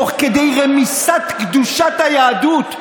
תוך כדי רמיסת קדושת היהדות,